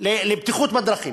לבטיחות בדרכים: